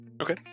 Okay